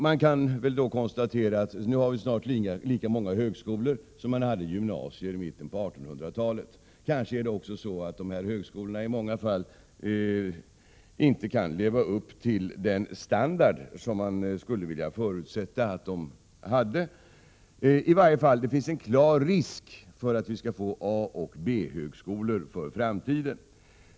Man kan då konstatera att vi snart har lika många högskolor som vi hade gymnasier i mitten på 1800-talet. Dessa högskolor kanske också i många fall inte kan leva upp till den standard som man skulle vilja förutsätta att de har. Det finns i varje fall en klar risk för att vi skall få A och B-högskolor i framtiden.